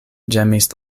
ĝemis